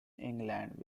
england